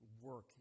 work